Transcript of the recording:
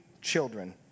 children